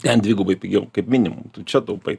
ten dvigubai pigiau kaip minimum čia taupai